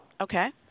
Okay